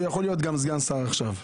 הוא יכול להיות סגן שר גם עכשיו.